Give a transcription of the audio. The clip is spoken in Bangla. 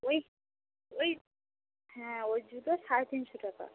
ওই ওই হ্যাঁ ওই জুতো সাড়ে তিনশো টাকা